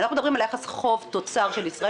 אנחנו מדברים על יחס חוב תוצר של ישראל